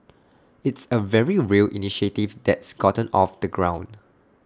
it's A very real initiative that's gotten off the ground